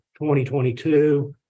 2022